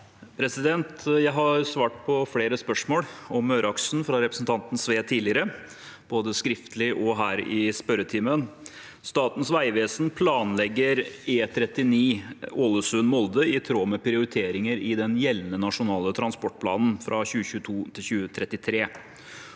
Jeg har svart på flere spørsmål om Møreaksen fra representanten Sve tidligere, både skriftlig og her i spørretimen. Statens vegvesen planlegger E39 Ålesund–Molde i tråd med prioriteringer i den gjeldende nasjonale transportplanen for 2022–2033.